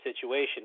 situation